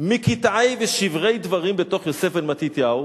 מקטעי ושברי דברים בתוך כתבי יוסף בן מתתיהו,